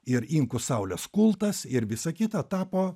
ir inkų saulės kultas ir visa kita tapo